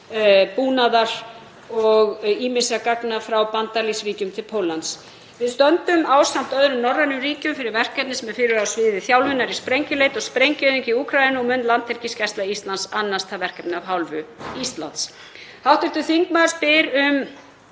og ýmissa gagna frá bandalagsríkjum til Póllands. Við stöndum ásamt öðrum norrænum ríkjum fyrir verkefni sem er fyrir á sviði þjálfunar í sprengjuleit og sprengjueyðingu í Úkraínu og mun Landhelgisgæsla Íslands annast það verkefni af hálfu Íslands. Hv. þingmaður spyr um